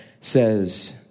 says